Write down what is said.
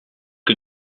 que